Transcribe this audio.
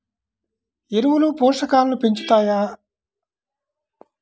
ఎరువులు పోషకాలను పెంచుతాయా?